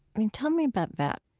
i mean, tell me about that